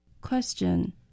Question